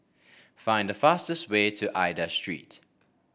find the fastest way to Aida Street